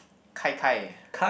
gai-gai